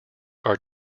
are